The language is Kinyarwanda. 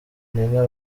nina